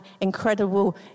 incredible